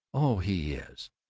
oh, he is!